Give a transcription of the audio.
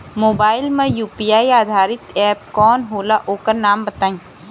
Mobile म UPI आधारित app कौन होला ओकर नाम बताईं?